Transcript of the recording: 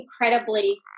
incredibly